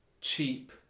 cheap